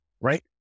right